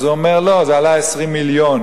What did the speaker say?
אז הוא אומר: זה עלה 20 מיליון.